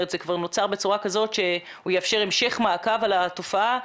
זה כבר נוצר בצורה כזאת שהוא יאפשר המשך מעקב על התופעה?